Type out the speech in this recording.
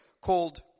called